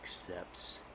accepts